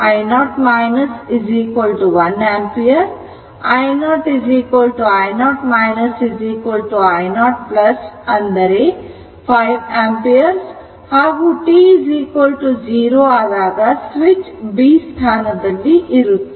ಹಾಗಾಗಿ ಇದು i0 1 ampere i0 i0 i0 ಅಂದರೆ S1 ಆಂಪಿಯರ್ ಹಾಗೂ t 0 ಆದಾಗ ಸ್ವಿಚ್ B ಸ್ಥಾನದಲ್ಲಿ ಇರುತ್ತದೆ